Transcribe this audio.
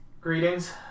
Greetings